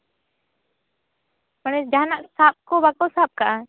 ᱢᱟᱱᱮ ᱡᱟᱦᱟᱱᱟᱜ ᱥᱟᱵ ᱠᱚ ᱵᱟᱠᱚ ᱥᱟᱵ ᱠᱟᱜᱼᱟ